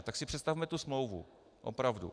Tak si představme tu smlouvu, opravdu.